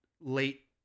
late